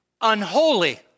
unholy